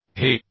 हे 69